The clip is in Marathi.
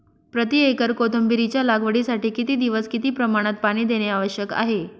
प्रति एकर कोथिंबिरीच्या लागवडीसाठी किती दिवस किती प्रमाणात पाणी देणे आवश्यक आहे?